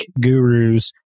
gurus